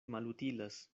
malutilas